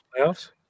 playoffs